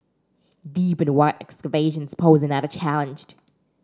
deep and wide excavations posed another challenged